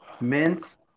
mints